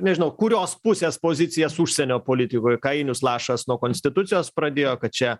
nežinau kurios pusės pozicijas užsienio politikoj ką ainius lašas nuo konstitucijos pradėjo kad čia